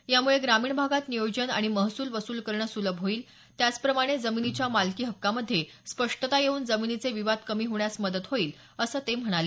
याम्ळे ग्रामीण भागात नियोजन आणि महसूल वसूल करण सुलभ होईल त्याचप्रमाणे जमिनीच्या मालकी हक्कामध्ये स्पष्टता येऊन जमिनीचे विवाद कमी होण्यास मदत होईल असं ते म्हणाले